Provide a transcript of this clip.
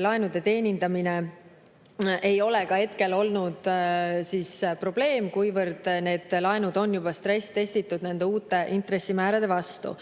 Laenude teenindamine ei ole ka hetkel probleem, kuivõrd need laenud on juba stressitestitud uute intressimäärade vastu.